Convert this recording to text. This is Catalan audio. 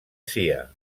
cia